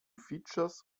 features